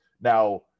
Now